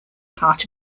part